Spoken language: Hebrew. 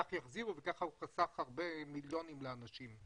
כך יחזירו וכך הוא חסך הרבה מיליונים לאנשים.